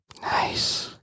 Nice